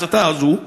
מההסתה הזאת.